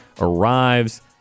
arrives